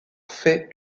fait